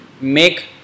make